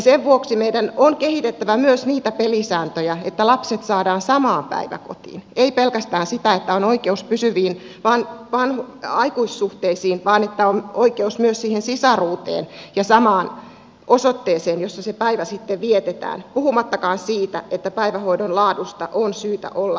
sen vuoksi meidän on kehitettävä myös niitä pelisääntöjä että lapset saadaan samaan päiväkotiin ei pelkästään sitä että on oikeus pysyviin aikuissuhteisiin vaan että on oikeus myös siihen sisaruuteen ja samaan osoitteeseen jossa se päivä sitten vietetään puhumattakaan siitä että päivähoidon laadusta on syytä olla huolissaan